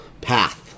path